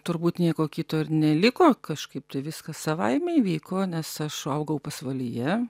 turbūt nieko kito ir neliko kažkaip tai viskas savaime įvyko nes aš augau pasvalyje